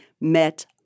met